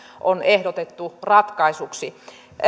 on ehdotettu ratkaisuksi